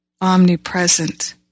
omnipresent